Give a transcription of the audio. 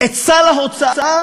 את סל ההוצאה?